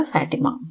Fatima